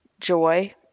joy